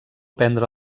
prendre